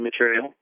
material